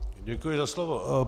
Děkuji za slovo.